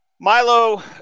Milo